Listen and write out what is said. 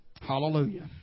Hallelujah